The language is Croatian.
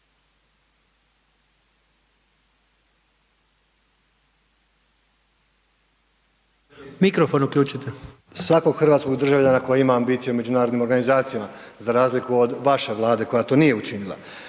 …svakog hrvatskog državljana koji ima ambicije u međunarodnim organizacijama za razliku od vaše Vlade koja to nije učinila.